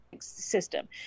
system